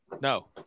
No